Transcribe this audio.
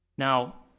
now,